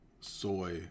soy